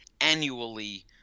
annually